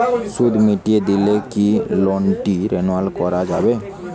সুদ মিটিয়ে দিলে কি লোনটি রেনুয়াল করাযাবে?